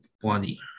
body